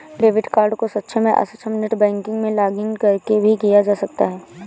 debit card को सक्षम या अक्षम नेट बैंकिंग में लॉगिंन करके भी किया जा सकता है